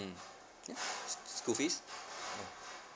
school fees